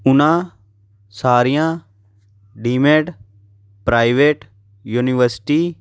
ਉਹਨਾਂ ਸਾਰੀਆਂ deemed private university